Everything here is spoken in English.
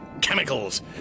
Chemicals